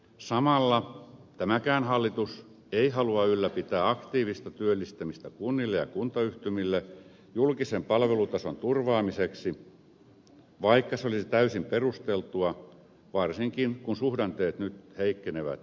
samalla tämäkään hallitus ei halua ylläpitää aktiivista työllistämistä kunnille ja kuntayhtymille julkisen palvelutason turvaamiseksi vaikka se olisi täysin perusteltua varsinkin kun suhdanteet nyt heikkenevät nopeasti